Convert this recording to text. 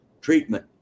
treatment